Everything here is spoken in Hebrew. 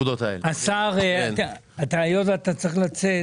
השר, היות שאתה צריך לצאת